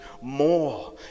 more